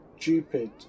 stupid